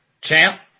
Champ